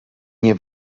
nie